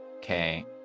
Okay